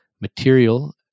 material